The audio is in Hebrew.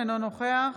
אינו נוכח